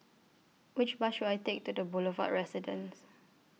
Which Bus should I Take to The Boulevard Residence